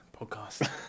Podcast